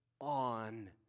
on